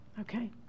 Okay